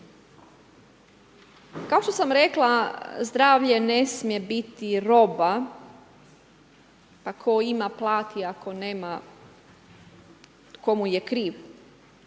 Kao što sam rekla, zdravlje ne smije biti roba, pa tko ima plati, tko nema, tko mu je kriv.